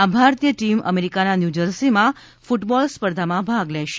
આ ભારતીય ટીમ અમેરિકાના ન્યૂજર્સીમાં ક્રટબોલ સ્પર્ધામાં ભાગ લેશે